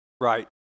Right